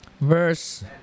Verse